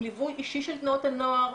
עם ליווי אישי של תנועות הנוער,